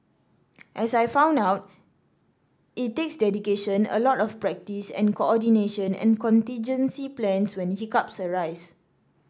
as I found out it takes dedication a lot of practice and coordination and contingency plans when hiccups arise